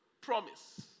promise